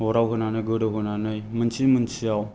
अराव होनानै गोदौ होनानै मोनसि मोसियाव